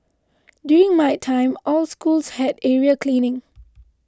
during my time all schools had area cleaning